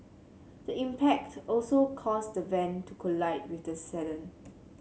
the impact also caused the van to collide with the sedan